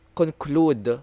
conclude